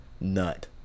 nut